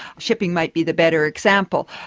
shipping might be the better example,